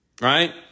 right